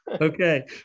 Okay